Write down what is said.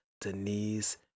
Denise